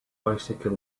bicycle